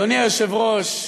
אדוני היושב-ראש,